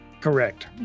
Correct